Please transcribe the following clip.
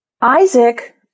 Isaac